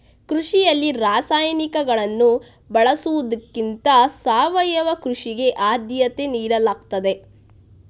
ಕೃಷಿಯಲ್ಲಿ ರಾಸಾಯನಿಕಗಳನ್ನು ಬಳಸುವುದಕ್ಕಿಂತ ಸಾವಯವ ಕೃಷಿಗೆ ಆದ್ಯತೆ ನೀಡಲಾಗ್ತದೆ